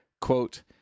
quote